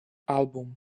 àlbum